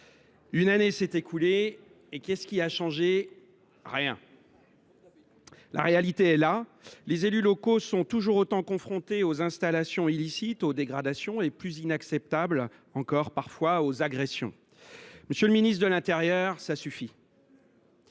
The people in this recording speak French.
Une année s’est écoulée depuis lors et qu’est ce qui a changé ? Rien… La réalité est là : les élus sont toujours autant confrontés aux installations illicites, aux dégradations et, parfois, plus inacceptable encore, aux agressions. Monsieur le ministre de l’intérieur, cela suffit